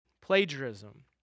Plagiarism